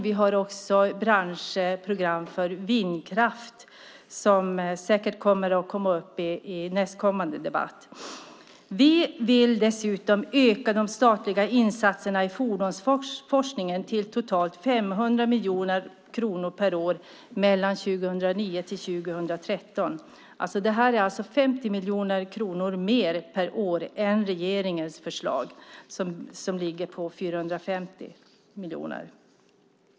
Vi har också branschprogram för vindkraft som säkert kommer att tas upp i nästkommande debatt. Vi vill dessutom öka de statliga insatserna på fordonsforskningen till totalt 500 miljoner kronor per år åren 2009-2013. Det är alltså 50 miljoner kronor mer per år än regeringens förslag som ligger på 450 miljoner.